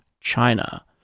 China